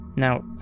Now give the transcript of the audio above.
Now